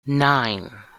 nine